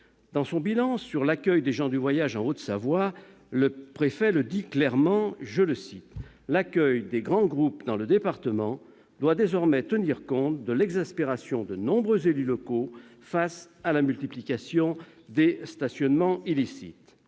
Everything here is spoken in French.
Dans son bilan sur l'accueil des gens du voyage en Haute-Savoie, le préfet l'affirme clairement :« L'accueil des grands groupes dans le département doit désormais tenir compte de l'exaspération de nombreux élus locaux face à la multiplication des stationnements illicites.